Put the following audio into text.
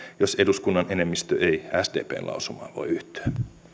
jos eduskunnan enemmistö ei sdpn lausumaan voi yhtyä